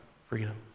Freedom